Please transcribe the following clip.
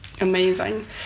amazing